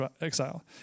exile